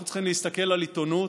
אנחנו צריכים להסתכל על עיתונות